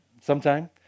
sometime